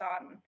on